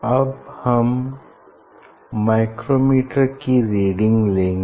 अब हम माइक्रोमीटर की रीडिंग लेंगे